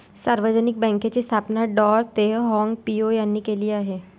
सार्वजनिक बँकेची स्थापना डॉ तेह हाँग पिओ यांनी केली आहे